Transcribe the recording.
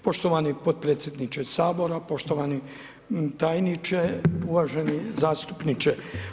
Poštovani potpredsjedniče Sabora, poštovani tajniče, uvaženi zastupniče.